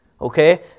okay